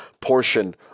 portion